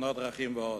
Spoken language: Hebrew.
תאונות דרכים ועוד.